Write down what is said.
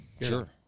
Sure